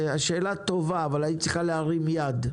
שאלה טובה אבל היית צריכה להרים יד.